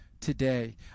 today